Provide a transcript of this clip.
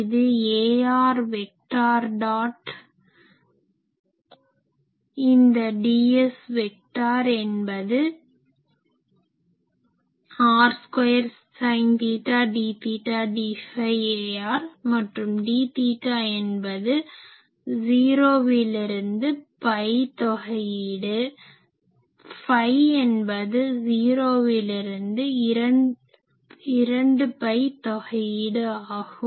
இது ar vector dot இந்த ds vector என்பது r square sine theta d theta d phi ar மற்றும் d தீட்டா என்பது 0 விலிருந்து பை தொகையீடு ஃபை என்பது 0 விலிருந்து 2 பை தொகையீடு ஆகும்